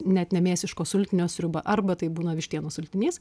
net ne mėsiško sultinio sriuba arba tai būna vištienos sultinys